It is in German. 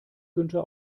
günther